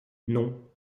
non